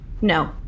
No